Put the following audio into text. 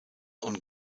und